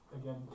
again